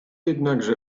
jednakże